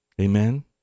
Amen